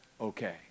okay